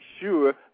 sure